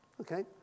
Okay